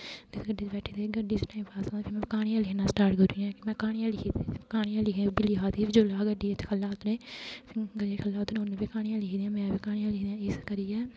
गड्डी च बैठे दे ते गड्डी च टाइम पास नेईं होआ ते फ्ही में क्हानी लिखना स्टार्ट करी ओड़ेआ कि में क्हानियां क्हानियां लिखी ओह् बी लिखा दी जिसलै अस गड्डी चा ख'ल्लै गी उतरे उन्न बी क्हानियां लिखी दियां ही में बी क्हानियां लिखी दियां ही इस करियै